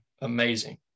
amazing